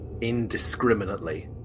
indiscriminately